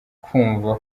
kumva